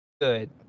good